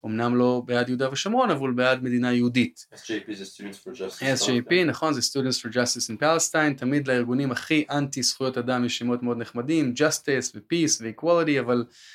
אמנם לא בעד יהודה ושמרון אבל בעד מדינה יהודית. SJP נכון זה Students for Justice in Palestine תמיד לארגונים הכי אנטי זכויות אדם יש שמות מאוד נחמדים, Justice וPeace וEquality אבל...